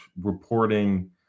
reporting